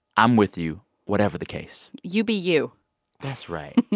i'm with you whatever the case you be you that's right.